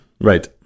Right